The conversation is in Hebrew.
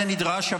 זה נדרש.